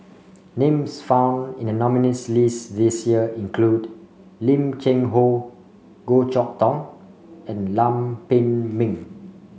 names found in the nominees' list this year include Lim Cheng Hoe Goh Chok Tong and Lam Pin Min